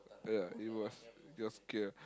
ya it was it was okay ah